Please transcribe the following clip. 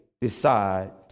decide